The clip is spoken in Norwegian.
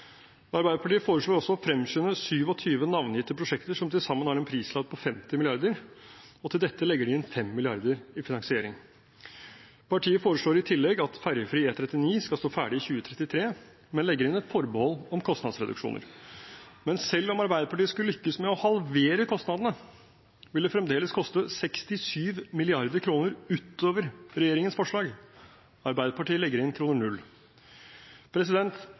Arbeiderpartiet foreslår også å fremskynde 27 navngitte prosjekter som til sammen har en prislapp på 50 mrd. kr, og til dette legger de inn 5 mrd. kr i finansiering. Partiet foreslår i tillegg at ferjefri E39 skal stå ferdig i 2033, men legger inn et forbehold om kostnadsreduksjoner. Men selv om Arbeiderpartiet skulle lykkes med å halvere kostnadene, vil det fremdeles koste 67 mrd. kr utover regjeringens forslag. Arbeiderpartiet legger inn